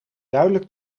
duidelijk